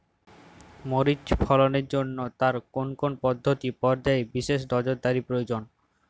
মরিচ ফলনের জন্য তার কোন কোন বৃদ্ধি পর্যায়ে বিশেষ নজরদারি প্রয়োজন?